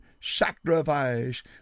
sacrifice